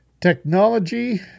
Technology